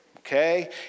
Okay